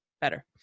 Better